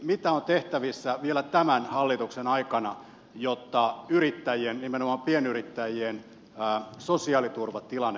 mitä on tehtävissä vielä tämän hallituksen aikana jotta nimenomaan pienyrittäjien sosiaaliturvatilanne paranisi